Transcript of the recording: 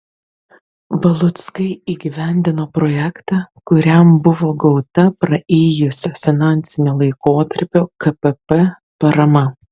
valuckai įgyvendino projektą kuriam buvo gauta praėjusio finansinio laikotarpio kpp parama